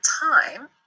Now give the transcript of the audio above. time